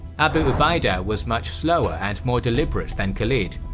abu ubaidah was much slower and more deliberate than khalid.